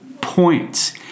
points